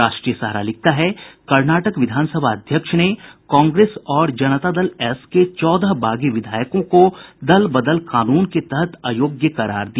राष्ट्रीय सहारा लिखता है कर्नाटक विधानसभा अध्यक्ष ने कांग्रेस और जनता दल एस के चौदह बागी विधायकों को दल बदल कानून के तहत अयोग्य करार दिया